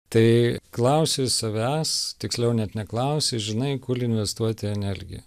tai klausi savęs tiksliau net neklausi žinai kur investuoti energiją